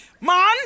Man